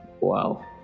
Wow